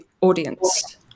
audience